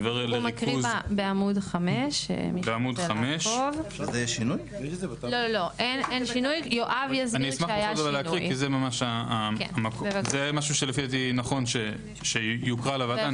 בעמ' 5. אשמח להקריא כי זה משהו שלפי דעתי נכון שיוקרא לוועדה.